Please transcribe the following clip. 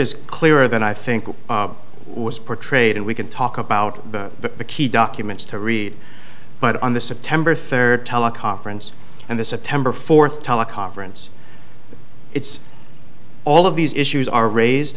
is clearer than i think it was portrayed and we can talk about that but the key documents to read but on the september third teleconference and the september fourth teleconference it's all of these issues are raised